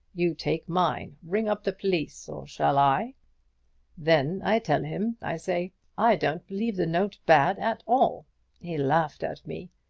you take mine! ring up the police! or shall i then i tell him. i say i don't believe the note bad at all he laughed at me.